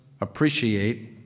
appreciate